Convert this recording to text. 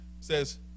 says